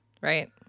Right